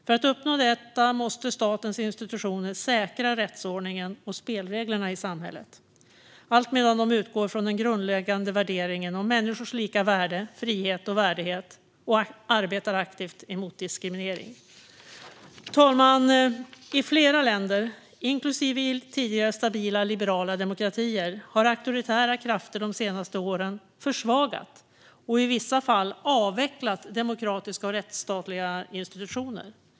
För att uppnå detta måste statens institutioner säkra rättsordningen och spelreglerna i samhället, alltmedan de utgår från den grundläggande värderingen om människors lika värde, frihet och värdighet och arbetar aktivt mot diskriminering. Fru talman! I flera länder - även i tidigare stabila liberala demokratier - har auktoritära krafter de senaste åren försvagat och i vissa fall avvecklat demokratiska och rättsstatliga institutioner.